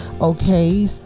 Okay